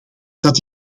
dat